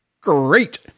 Great